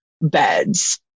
beds